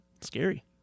Scary